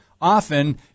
often